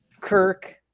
Kirk